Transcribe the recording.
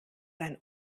ein